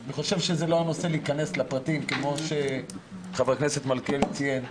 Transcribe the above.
אני חושב שזה לא הנושא להיכנס לפרטים כמו שחבר הכנסת מלכיאלי ציין.